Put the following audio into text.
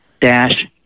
dash